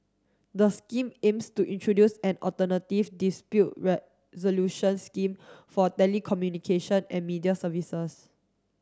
the scheme aims to introduce an alternative dispute resolution scheme for telecommunication and media services